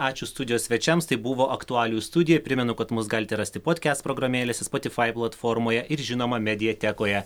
ačiū studijos svečiams tai buvo aktualijų studija primenu kad mus galite rasti podkest programėlėse spotifai platformoje ir žinoma mediatekoje